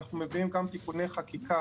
אנחנו מביאים גם תיקוני חקיקה